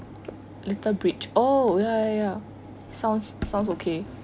little bridge oh ya ya ya sounds sounds okay